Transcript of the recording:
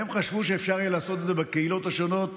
הם חשבו שאפשר יהיה לעשות את זה בקהילות השונות.